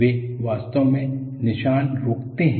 वे वास्तव में निशान रोकते हैं